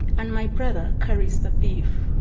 and my brother carries the beef.